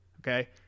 Okay